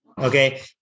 okay